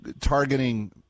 targeting –